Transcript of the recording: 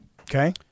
Okay